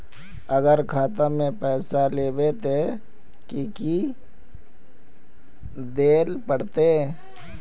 अगर खाता में पैसा लेबे ते की की देल पड़ते?